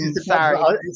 sorry